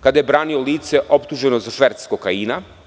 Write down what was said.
kada je branio lice optuženo za šverc kokaina.